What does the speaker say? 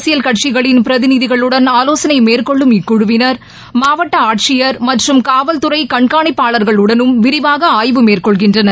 அரசியல் கட்சிகளின் பிரதிநிதிகளுடன் ஆலோசனை மேற்கொள்ளும் இக்குழுவினா் மாவட்ட ஆட்சியா மற்றும் காவல்துறை கண்காணிப்பாளர்களுடனும் விரிவாக ஆய்வு மேற்கொள்கின்றனர்